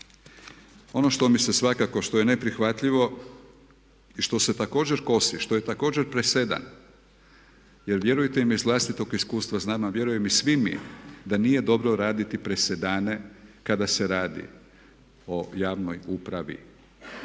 ono što je svakako neprihvatljivo i što se također kosi, što je također presedan jer vjerujte mi iz vlastitog iskustva znam, a vjerujem i svi mi da nije dobro raditi presedane kada se radi o javnoj upravi.